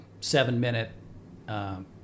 seven-minute